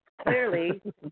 clearly